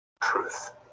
truth